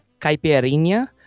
caipirinha